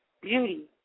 beauty